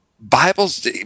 Bibles